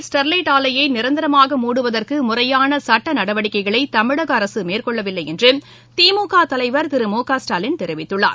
Sterlite ஆலையைந்தரமாக துத்துக்குடி மூடுவதற்குமுறையானசட்டநடவடிக்கைகளைதமிழகஅரசுமேற்கொள்ளவில்லைஎன்றுதிமுகதலைவர் திரு மு க ஸ்டாலின் தெரிவித்துள்ளார்